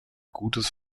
gutes